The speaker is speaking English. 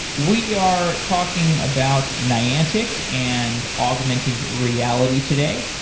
we are talking about niantic and augmented reality today.